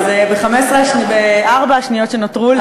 אז בארבע השניות שנותרו לי,